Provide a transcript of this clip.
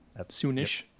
Soonish